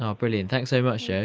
ah brilliant thanks so much. yeah